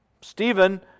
Stephen